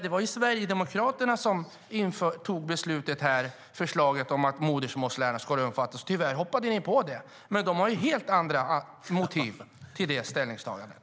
Det var Sverigedemokraterna som lade fram förslaget att modersmålslärarna skulle omfattas. Tyvärr ställde ni er bakom det, men Sverigedemokraterna har helt andra motiv till det ställningstagandet.